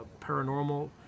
paranormal